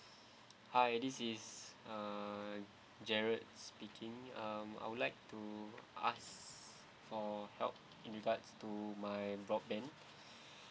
hi this is uh gerald speaking um I would like to ask for help in regards to my broadband